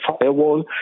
firewall